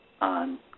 on